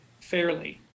fairly